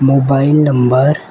mobile number